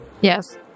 Yes